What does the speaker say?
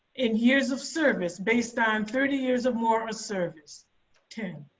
and years of service based on thirty years of more ah service ten